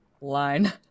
Line